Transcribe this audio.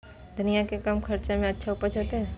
धनिया के कम खर्चा में अच्छा उपज होते?